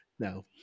No